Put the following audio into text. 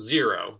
Zero